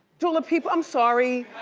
dula peep, i'm sorry.